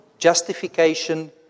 Justification